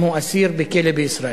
אם הוא אסיר בכלא בישראל.